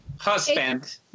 Husband